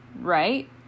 right